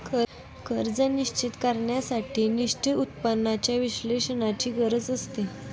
कर्ज निश्चित करण्यासाठी निश्चित उत्पन्नाच्या विश्लेषणाची गरज आहे